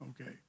Okay